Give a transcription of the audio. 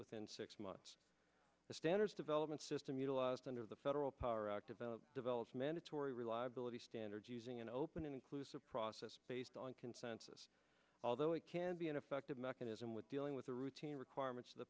within six months the standards development system utilized under the federal power act of a developed mandatory reliability standards using an open inclusive process based on consensus although it can be an effective mechanism with dealing with the routine requirements